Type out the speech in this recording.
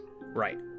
Right